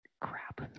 Crap